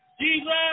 Jesus